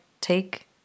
take